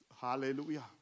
Hallelujah